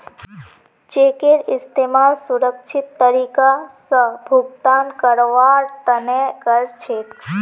चेकेर इस्तमाल सुरक्षित तरीका स भुगतान करवार तने कर छेक